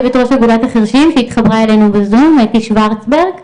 לאתי שוורצברג